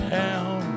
town